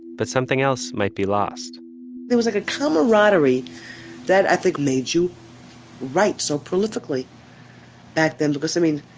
but something else might be lost there was like a camaraderie that i think made you write so prolifically back then because i mean,